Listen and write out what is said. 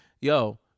yo